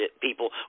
people